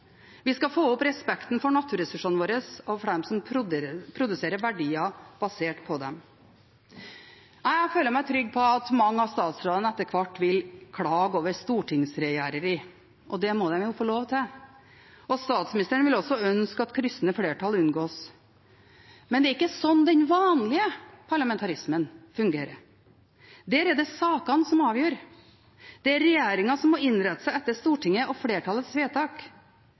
Vi skal få opp respekten for naturressursene våre og for dem som produserer verdier basert på dem. Jeg føler meg trygg på at mange av statsrådene etter hvert vil klage over stortingsregjereri, og det må de jo få lov til. Statsministeren vil også ønske at kryssende flertall unngås. Men det er ikke slik den vanlige parlamentarismen fungerer. Der er det sakene som avgjør. Det er regjeringen som må innrette seg etter Stortinget og flertallets vedtak.